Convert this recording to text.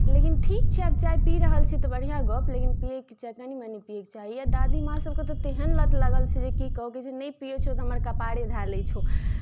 लेकिन ठीक छै आब चाय पी रहल छै तऽ बढ़िआँ गप्प लेकिन पियैके चाही कनि मनि पियैके चाही आ दादीमाँ सभके तऽ तेहन लत लागल छै जे की कहू कहै छै नहि पियैत छियौ तऽ हमर कपारे धए लै छौ